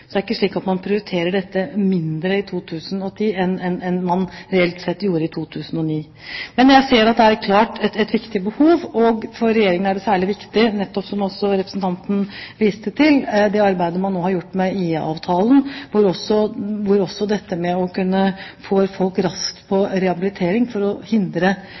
Det er ikke slik at man prioriterer dette mindre i 2010 enn man reelt sett gjorde i 2009. Men jeg ser klart at det er et viktig behov her. For Regjeringen er det særlig viktig, nettopp som også representanten viste til, det arbeidet man nå har gjort med IA-avtalen, hvor det å kunne få folk raskt over på rehabilitering for å hindre